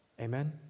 Amen